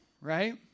right